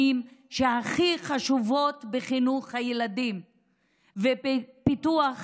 הכי חשובות בחינוך הילדים ובפיתוח